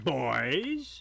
boys